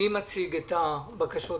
התש"ף-2020.